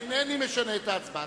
אינני משנה את ההצבעה.